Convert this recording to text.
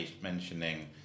mentioning